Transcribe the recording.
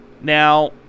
Now